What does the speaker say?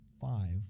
five